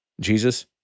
Jesus